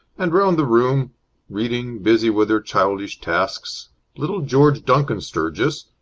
and round the room reading, busy with their childish tasks little george duncan sturgis,